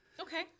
Okay